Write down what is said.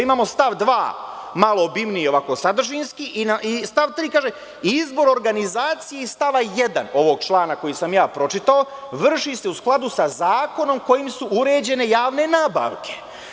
Imamo stav 2. malo obimniji sadržinski, i stav 3. kaže – izbor organizacije iz stava 1. ovog člana koji sam pročitao, vrši se u skladu sa zakonom kojim su uređene javne nabavke.